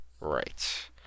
right